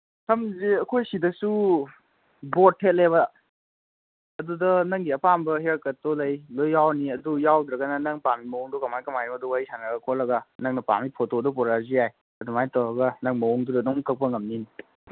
ꯁꯝꯁꯦ ꯑꯩꯈꯣꯏ ꯁꯤꯗꯁꯨ ꯕꯣꯠ ꯊꯦꯠꯂꯦꯕ ꯑꯗꯨꯗ ꯅꯪꯒꯤ ꯑꯄꯥꯝꯕ ꯍꯤꯌꯔ ꯀꯠꯇꯣ ꯂꯩ ꯂꯣꯏ ꯌꯥꯎꯔꯅꯤ ꯑꯗꯨ ꯌꯥꯎꯗ꯭ꯔꯒꯅ ꯅꯪ ꯄꯥꯝꯃꯤ ꯃꯑꯣꯡꯗꯣ ꯀꯃꯥꯏꯅ ꯀꯃꯥꯏꯅ ꯑꯗꯨ ꯋꯥꯔꯤ ꯁꯥꯅꯔ ꯈꯣꯠꯂꯒ ꯅꯪꯅ ꯄꯥꯝꯃꯤ ꯐꯣꯇꯣꯗꯣ ꯄꯣꯔꯛꯑꯁꯨ ꯌꯥꯏ ꯑꯗꯨꯃꯥꯏꯅ ꯇꯧꯔꯒ ꯅꯪ ꯃꯑꯣꯡꯗꯨꯗ ꯑꯗꯨꯝ ꯀꯛꯄ ꯉꯝꯅꯤ